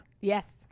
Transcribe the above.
Yes